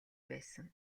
байсан